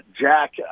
Jack